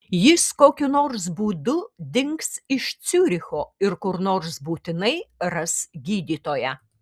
jis kokiu nors būdu dings iš ciuricho ir kur nors būtinai ras gydytoją